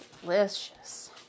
delicious